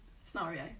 scenario